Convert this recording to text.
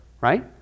right